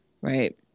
right